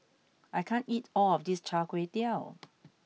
I can't eat all of this Char Kway Teow